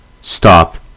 stop